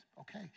Okay